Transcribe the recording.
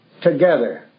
together